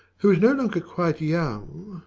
who is no longer quite young,